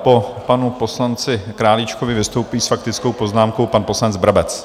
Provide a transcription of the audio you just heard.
Po panu poslanci Králíčkovi vystoupí s faktickou poznámkou pan poslanec Brabec.